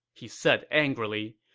he said angrily.